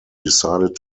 decided